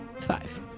five